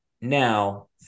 Now